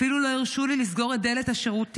אפילו לא הרשו לי לסגור את דלת השירותים.